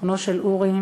זיכרונו של אורי,